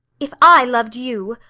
if i loved you,